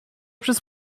przez